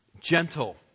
gentle